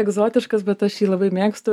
egzotiškas bet aš jį labai mėgstu